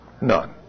None